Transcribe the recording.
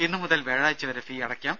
ഇന്നു മുതൽ വ്യാഴാഴ്ച വരെ ഫീസ് അടയ്ക്കാം